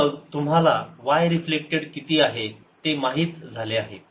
तर मग तुम्हाला y रिफ्लेक्टेड किती आहे ते माहित झाले आहे